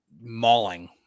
mauling